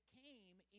came